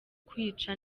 kwica